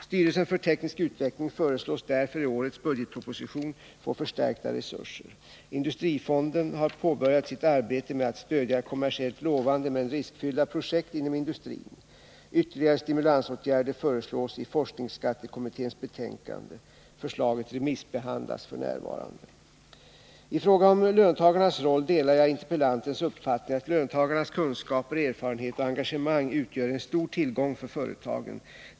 Styrelsen för teknisk utveckling föreslås därför i årets budgetproposition få förstärkta resurser. Industrifonden har påbörjat sitt arbete med att stödja kommersiellt lovande men riskfyllda projekt inom industrin. Ytterligare stimulansåtgärder föreslås i forskningsskattekommitténs betänkande. Förslaget remissbehandlas f. n. I fråga om löntagarnas roll delar jag interpellantens uppfattning att löntagarnas kunskaper, erfarenheter och engagemang utgör en stor tillgång för företagen.